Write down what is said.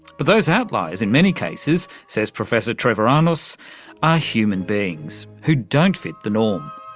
but those outliers in many cases, says professor treviranus, are human beings who don't fit the norm.